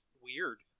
weird